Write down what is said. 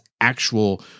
actual